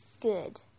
Good